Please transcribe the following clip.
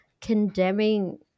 condemning –